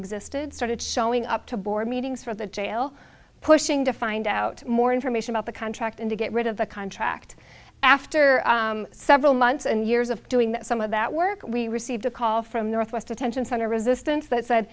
existed started showing up to board meetings for the jail pushing to find out more information about the contract and to get rid of the contract after several months and years of doing some of that work we received a call from northwest attention center resistance that said